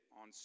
on